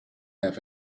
have